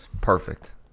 Perfect